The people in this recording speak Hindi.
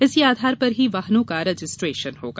इसी आधार पर ही वाहनों का रजिस्ट्रेशन होगा